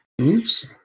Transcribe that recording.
Oops